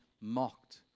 mocked